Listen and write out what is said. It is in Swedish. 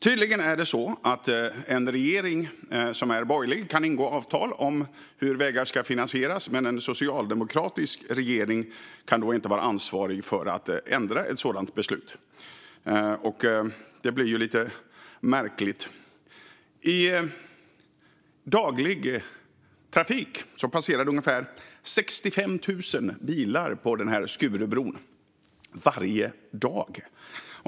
Tydligen är det så att en regering som är borgerlig kan ingå avtal om hur vägar ska finansieras, men en socialdemokratisk regering kan inte vara ansvarig för att ändra ett sådant beslut. Det blir ju lite märkligt. I daglig trafik passerar ungefär 65 000 bilar Skurubron. Så är det varje dag.